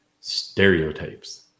stereotypes